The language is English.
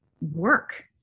work